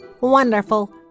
Wonderful